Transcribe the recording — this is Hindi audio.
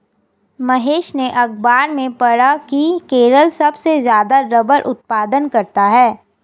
महेश ने अखबार में पढ़ा की केरल सबसे ज्यादा रबड़ उत्पादन करता है